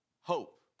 hope